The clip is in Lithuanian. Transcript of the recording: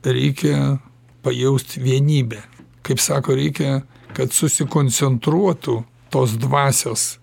reikia pajaust vienybę kaip sako reikia kad susikoncentruotų tos dvasios